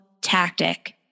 tactic